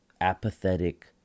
apathetic